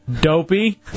Dopey